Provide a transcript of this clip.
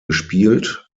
gespielt